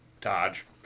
Dodge